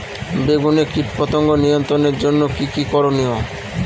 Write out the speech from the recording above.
বেগুনে কীটপতঙ্গ নিয়ন্ত্রণের জন্য কি কী করনীয়?